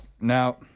Now